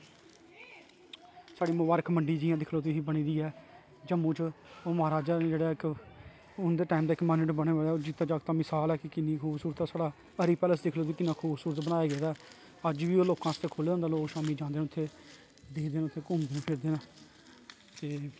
साढ़ी मुवारख मंडी जियां बनी ऐ जम्मू च ओह् महाराजा ना जेहडा इक उन्दे टाइम दा इक मानोमेंट बने दा जिंदा जागदा मिसाल ऐ कि किन्नी खूबसूरत साढ़ा हरि पैलेस दिक्खी लैओ तुस कि किन्ना खूबसूरत बनाए गेदा ऐ अज्ज बी ओह् लोकें आस्तै खुल्ले दा होंदा लोक शामी जंदे ना उत्थै दिक्खदे ना उत्थै घूमदे फिरदे ना ते